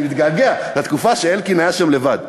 אני מתגעגע לתקופה שאלקין היה שם לבד.